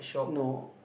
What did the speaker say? no